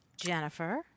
Jennifer